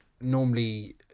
normally